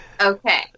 Okay